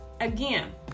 again